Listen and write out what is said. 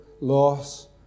loss